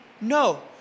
no